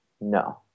No